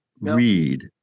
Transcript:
read